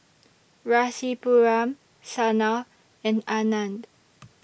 Rasipuram Sanal and Anand